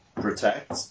protect